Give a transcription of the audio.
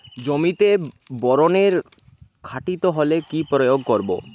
জমিতে বোরনের ঘাটতি হলে কি প্রয়োগ করব?